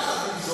ולא עכשיו.